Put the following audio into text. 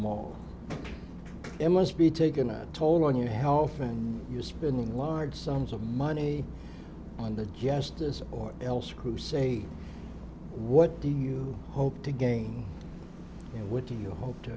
mall and must be taken a toll on your health and you're spending large sums of money on the justices or else who say what do you hope to gain and what do you hope to